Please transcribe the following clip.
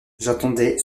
j’attendais